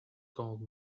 called